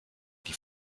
die